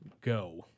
go